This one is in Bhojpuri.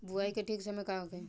बुआई के ठीक समय का होखे?